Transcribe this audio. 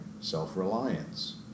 self-reliance